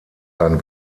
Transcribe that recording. ein